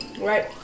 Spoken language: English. Right